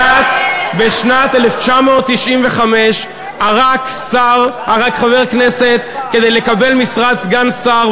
בשנת 1995 ערק חבר כנסת כדי לקבל משרת סגן שר,